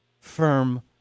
firm